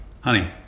Honey